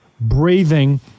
breathing